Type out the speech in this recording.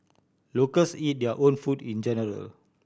locals eat their own food in general